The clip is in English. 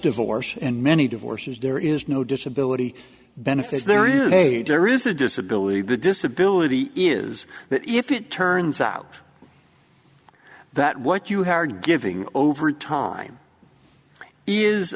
divorce and many divorces there is no disability benefits there is a dire is a disability the disability is that if it turns out that what you have are giving over time is